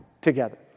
together